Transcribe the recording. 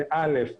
זה דבר ראשון,